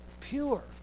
pure